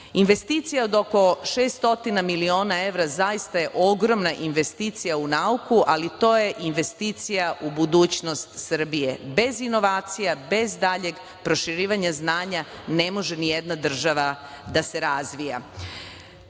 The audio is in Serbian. Srbije. Investicija od oko 600 miliona evra zaista je ogromna investicija u nauku, ali to je investicija u budućnost Srbije. Bez inovacija, bez daljeg proširivanja znanja, ne može nijedna država da se